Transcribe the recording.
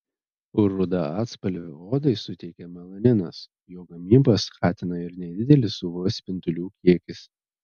rudą atspalvį odai suteikia melaninas jo gamybą skatina ir nedidelis uv spindulių kiekis